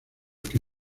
que